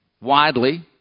widely